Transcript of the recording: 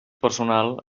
personal